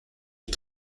est